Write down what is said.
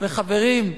וחברים,